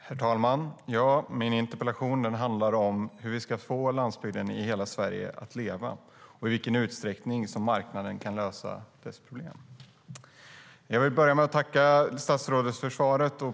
Herr talman! Min interpellation handlar om hur vi ska få landsbygden i hela Sverige att leva och i vilken utsträckning som marknaden kan lösa dess problem. Jag vill börja med att tacka statsrådet för svaret.